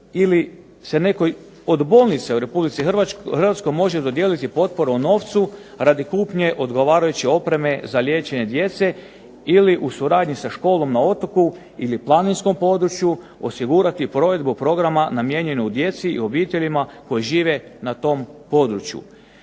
ili se nekoj od bolnica u Republici Hrvatskoj može dodijeliti potporu u novcu radi kupnje odgovarajuće opreme za liječenje djece ili u suradnji sa školom na otoku ili planinskom području osigurati provedbu programa namijenjenog djeci i obiteljima koji žive na tom području.